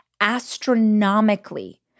astronomically